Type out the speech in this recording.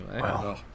Wow